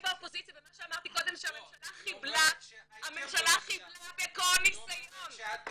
אני באופוזיציה ומה שאמרתי קודם שהממשלה חיבלה בכל ניסיון,